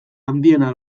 handiena